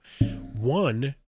One